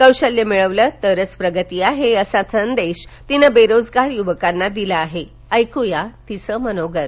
कौशल्य मिळवलं तरच प्रगती आहे असा संदेश तिनं बेरोजगार युवकांना दिला ऐक्या तिचं मनोगत